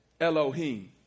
Elohim